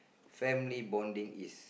family bonding is